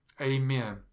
Amen